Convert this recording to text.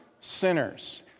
sinners